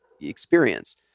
experience